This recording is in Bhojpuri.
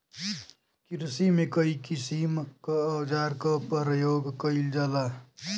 किरसी में कई किसिम क औजार क परयोग कईल जाला